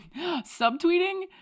subtweeting